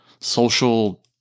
social